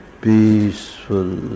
peaceful